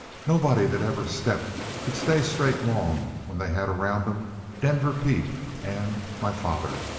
nobody that ever stepped could stay straight long when they had around em denver pete and my father.